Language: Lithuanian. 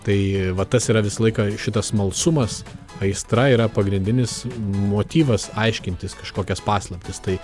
tai vat tas yra visą laiką šitas smalsumas aistra yra pagrindinis motyvas aiškintis kažkokias paslaptis tai